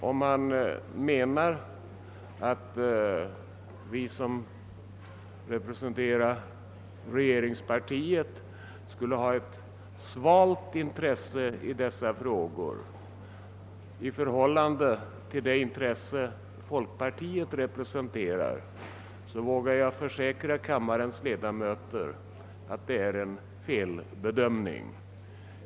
Om han menar att vi som representerar regeringspartiet skulle ha ett svalt intresse för dessa frågor i förhållande till det intresse folkpartiet visar vågar jag försäkra kammarens ledamöter att det är en felbedömning.